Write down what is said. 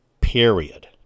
Period